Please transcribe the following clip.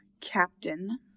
Captain